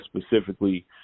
specifically